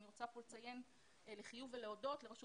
אני רוצה לציין לחיוב ולהודות לרשות